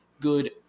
good